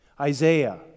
Isaiah